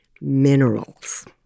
minerals